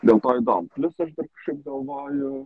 dėl to įdomu plius aš dar kažkaip galvoju